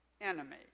enemy